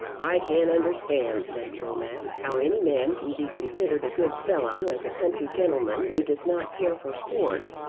i can't understand, said glomax, how any man can be considered a good fellow as a country gentleman who does not care for sport.